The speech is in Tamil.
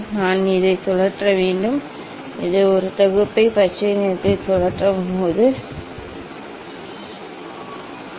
நான் இதை சுழற்ற வேண்டும் இந்த ஒரு தொகுப்பை நான் பச்சை நிறத்தில் சுழற்ற வேண்டும் இப்போது ஆம் என்று செய்ய நான் சற்று சரிசெய்ய வேண்டும்